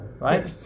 right